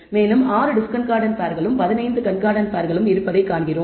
மேலும் 6 டிஸ்கார்டன்ட் பேர்ஸ்களும் 15 கண்கார்டன்ட் பேர்ஸ்களும் இருப்பதைக் காண்கிறோம்